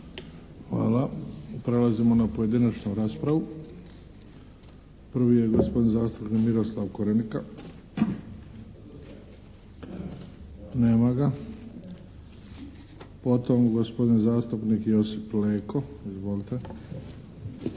Hvala. Prelazimo na pojedinačnu raspravu. Prvi je gospodin zastupnik Miroslav Korenika. Nema ga. Potom gospodin zastupnik Josip Leko. Izvolite.